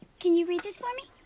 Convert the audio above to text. can you read this for me?